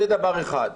זה דבר אחד.